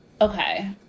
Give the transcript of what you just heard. Okay